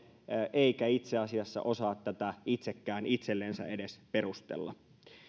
eikä itse asiassa osaa tätä itsekään itsellensä edes perustella